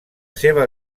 seva